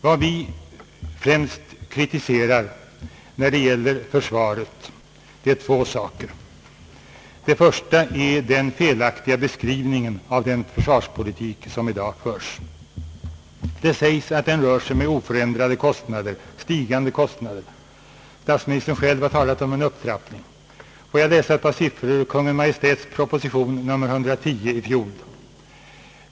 Vad vi främst kritiserar när det gäller försvaret är två saker. Det första är den felaktiga beskrivningen av den försvarspolitik som i dag förs. Det sägs att den rör sig med oförändrade eller stigande kostnader. Statsministern själv har talat om en upptrappning. Låt mig anföra några siffror ur Kungl. Maj:ts proposition nr 110 i fjol.